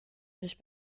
sich